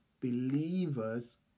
believers